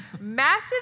Massive